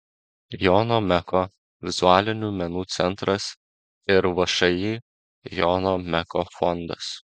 jono meko vizualinių menų centras ir všį jono meko fondas